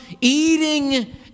eating